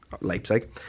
Leipzig